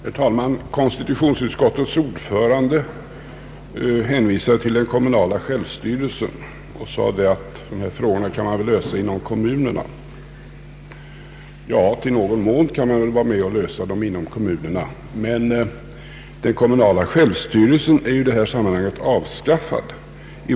Herr talman! Konstitutionsutskottets ordförande hänvisade till den kommunala självstyrelsen och sade att dessa frågor bör kunna lösas inom kommunerna. Ja, i någon mån kan de väl det, men den kommunala självstyrelsen är i detta sammanhang avskaffad.